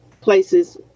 places